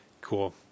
Cool